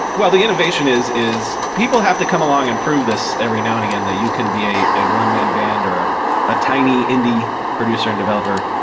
well, the innovation is is people have to come along and prove this every now and again that you can be a a one-man band, or a tiny indie producer and developer.